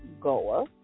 goer